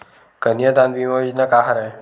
कन्यादान बीमा योजना का हरय?